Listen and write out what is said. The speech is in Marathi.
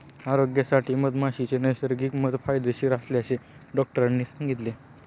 आरोग्यासाठी मधमाशीचे नैसर्गिक मध फायदेशीर असल्याचे डॉक्टरांनी सांगितले